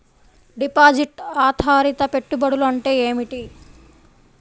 Deposit ఆధారిత పెట్టుబడులు అంటే ఏమిటి?